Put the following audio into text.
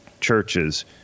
churches